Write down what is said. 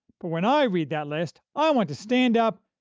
but when i read that list, i want to stand up,